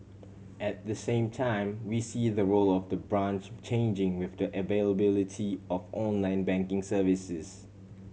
at the same time we see the role of the branch changing with the availability of online banking services